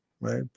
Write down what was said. right